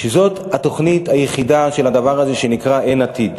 שזאת התוכנית היחידה של הדבר הזה שנקרא "אין עתיד".